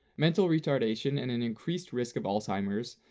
mental retardation and and increased risk of alzheimer's,